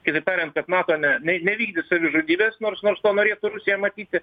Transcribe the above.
kitaip tariant kad nato ne nevykdys savižudybės nors nors to norėtų rusija matyti